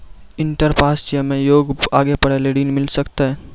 Inter pass छी हम्मे आगे पढ़े ला ऋण मिल सकत?